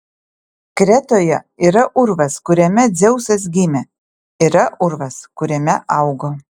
kretoje yra urvas kuriame dzeusas gimė yra urvas kuriame augo